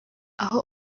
aho